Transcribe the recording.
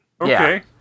Okay